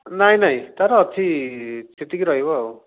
ନାଇ ନାଇ ତା'ର ଅଛି ସେତିକି ରହିବ ଆଉ